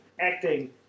acting